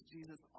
Jesus